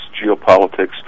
geopolitics